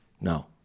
no